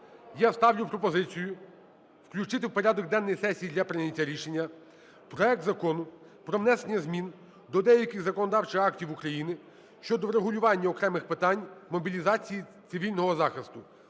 Я ставлю пропозицію включити в порядок денний сесії для прийняття рішення проект Закону про внесення змін до деяких законодавчих актів України щодо врегулювання окремих питань мобілізації, цивільного захисту.